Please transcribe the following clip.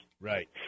Right